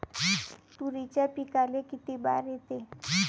तुरीच्या पिकाले किती बार येते?